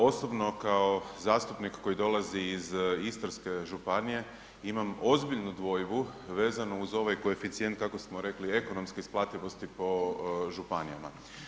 Osobno kao zastupnik koji dolazi iz Istarske županije imam ozbiljnu dvojbu vezano uz ovaj koeficijent, kako smo rekli, ekonomske isplativosti po županijama.